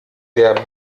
der